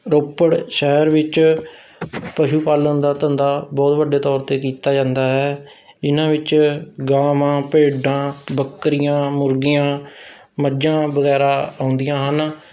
ਰੋਪੜ ਸ਼ਹਿਰ ਵਿੱਚ ਪਸ਼ੂ ਪਾਲਣ ਦਾ ਧੰਦਾ ਬਹੁਤ ਵੱਡੇ ਤੌਰ 'ਤੇ ਕੀਤਾ ਜਾਂਦਾ ਹੈ ਇਹਨਾਂ ਵਿੱਚ ਗਾਵਾਂ ਭੇਡਾਂ ਬੱਕਰੀਆਂ ਮੁਰਗੀਆਂ ਮੱਝਾਂ ਵਗੈਰਾ ਆਉਂਦੀਆਂ ਹਨ